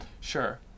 Sure